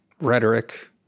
rhetoric